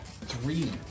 Three